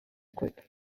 group